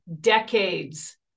decades